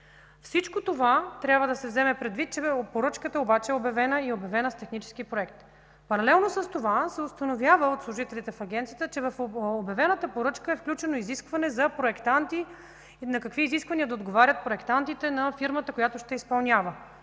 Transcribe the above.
Всичко това трябва да се вземе предвид. Поръчката обаче е обявена и е обявена с технически проект. Паралелно с това се установява от служителите в Агенцията, че в обявената поръчка е включено изискване за проектанти – на какви изисквания да отговарят проектантите на фирмата, която ще изпълнява.